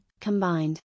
combined